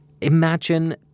imagine